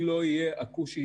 חורג.